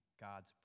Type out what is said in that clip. God's